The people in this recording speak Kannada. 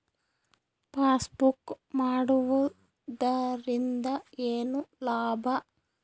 ಪಾಸ್ಬುಕ್ ಮಾಡುದರಿಂದ ಏನು ಲಾಭ?